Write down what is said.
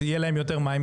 יהיה להם יותר מים,